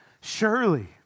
surely